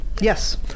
Yes